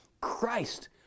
Christ